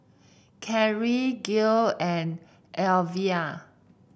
Carri Gayle and Elvia